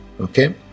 okay